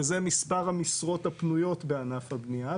וזה מספר המשרות הפנויות בענף הבנייה.